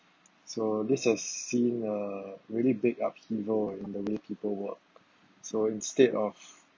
so this has seen a really big upheaval in the way people work so instead of